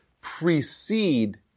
precede